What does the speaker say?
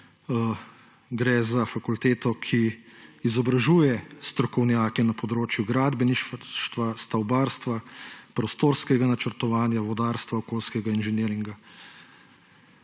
Gre za fakulteto, ki izobražuje strokovnjake na področju gradbeništva, stavbarstva, prostorskega načrtovanja, vodarstva, okoljskega inženiringa: